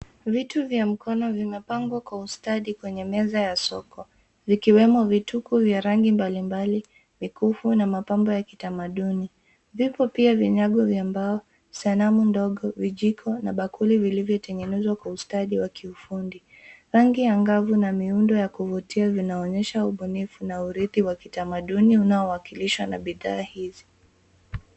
Vitu vya mkono vimepangwa kwa ustadi kwenye meza ya soko, vikiwemo vituku vya rangi mbali mbali, mikufu na mapambo ya kitamaduni. Vipo pia vinyago vya mbao, sanamu ndogo, vijiko na bakuli vilivyotengenezwa kwa ustadi wa kiufundi. Rangi angavu na miundo ya kuvutia vinaonyesha ubunifu na urithi wa kitamaduni unaowakilishwa na bidhaa hizi.